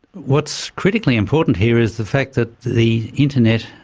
what's critically important here is the fact that the internet,